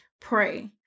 pray